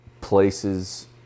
places